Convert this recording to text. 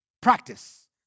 practice